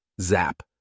zap